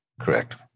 Correct